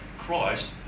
christ